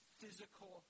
physical